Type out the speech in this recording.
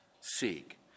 seek